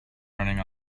running